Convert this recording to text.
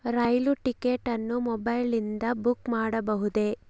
ರೈಲು ticket ಅನ್ನು ಮೊಬೈಲಿಂದ book ಮಾಡಬಹುದೆ?